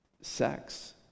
sex